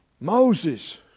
Moses